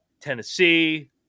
Tennessee